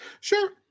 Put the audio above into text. Sure